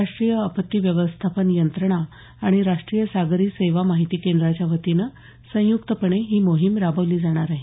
राष्ट्रीय आपत्ती व्यवस्थापन यंत्रणा आणि राष्ट्रीय सागरी सेवा माहिती केंद्राच्या वतीनं संयुक्तपणे ही मोहीम राबवली जाणार आहे